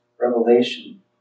Revelation